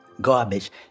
garbage